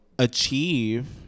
achieve